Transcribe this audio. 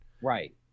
Right